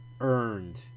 earned